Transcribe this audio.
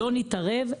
לא נתערב,